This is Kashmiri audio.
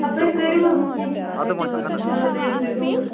اَدٕ تُہۍ کٔرِِو حظ کیٚنٛہہ نہَ حظ یہِ حظ گٔے تُہنز